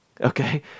okay